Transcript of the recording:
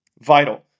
vital